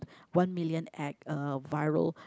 one million act uh viral